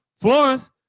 Florence